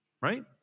right